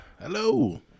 Hello